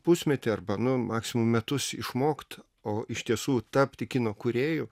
pusmetį arba nu maksimum metus išmokt o iš tiesų tapti kino kūrėju